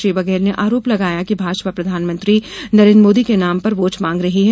श्री बघेल ने आरोप लगाया कि भाजपा प्रधानमंत्री नरेन्द्र मोदी के नाम पर वोट मांग रही है